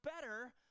better